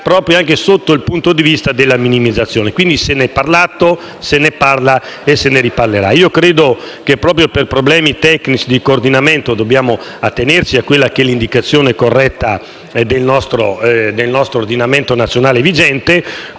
proprio sotto il punto di vista della minimizzazione. Quindi, se ne è parlato, se ne parla e se ne riparlerà. Proprio per problemi tecnici di coordinamento noi dobbiamo attenerci a quella che è l'indicazione corretta del nostro ordinamento nazionale vigente.